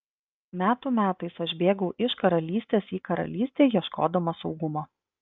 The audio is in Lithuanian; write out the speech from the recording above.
metų metais aš bėgau iš karalystės į karalystę ieškodamas saugumo